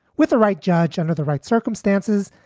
with a right judge under the right circumstances,